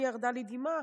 לי ירדה דמעה,